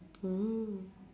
mm